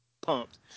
pumped